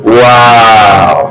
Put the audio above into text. wow